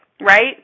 right